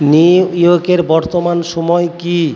নিউইয়র্কের বর্তমান সময় কী